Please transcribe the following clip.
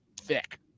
thick